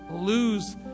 lose